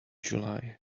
july